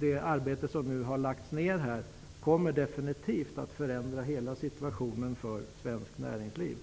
Det arbete som nu lagts ner kommer definitivt att förändra hela situationen för svenskt näringsliv.